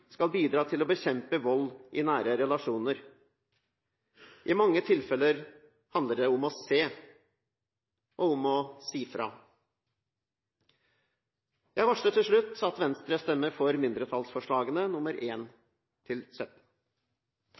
skal bidra til å bekjempe vold i nære relasjoner. I mange tilfeller handler det om å se og om å si ifra. Jeg varsler til slutt at Venstre stemmer for mindretallsforslagene